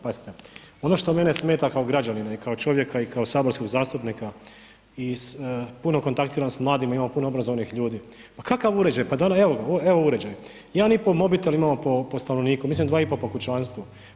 Pazite, ono što mene smeta kao građanina i kao čovjeka i kao saborskog zastupnika i puno kontaktiram s mladima, imamo puno obrazovanih ljudi, pa kakav uređaj evo uređaj 1,5 mobitel imamo po stanovniku, mislim 2,5 po kućanstvu.